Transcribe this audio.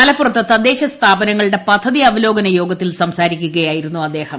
മലപ്പുറത്ത് തദ്ദേശ സ്ഥാപനങ്ങളുടെ പദ്ധതി അവലോകന യോഗത്തിൽ സംസാരീക്കുകയായിരുന്നു അദ്ദേഹം